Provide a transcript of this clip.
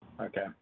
Okay